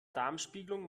darmspiegelung